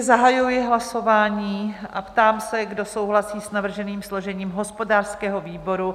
Zahajuji hlasování a ptám se, kdo souhlasí s navrženým složením hospodářského výboru?